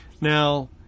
Now